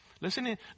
Listen